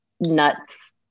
Nuts